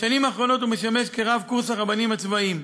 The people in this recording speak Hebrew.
בשנים האחרונות הוא משמש רב קורס הרבנים הצבאיים,